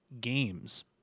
games